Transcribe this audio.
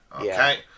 Okay